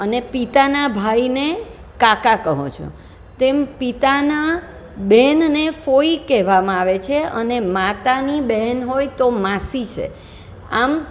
અને પિતાના ભાઈને કાકા કહો છો તેમ પિતાના બેનને ફોઈ કહેવામાં આવે છે અને માતાની બહેન હોય તો માસી છે આમ